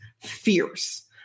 fierce